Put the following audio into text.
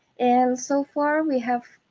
and so far we have